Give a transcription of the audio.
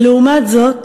ולעומת זאת,